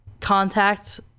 contact